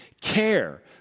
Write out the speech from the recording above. care